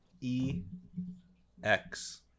E-X